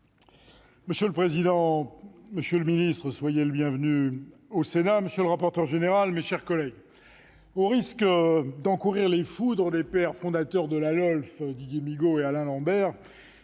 Monsieur le président, monsieur le ministre- soyez le bienvenu au Sénat !-, monsieur le rapporteur général, mes chers collègues, au risque d'encourir les foudres des pères fondateurs de la LOLF, Didier Migaud et Alain Lambert,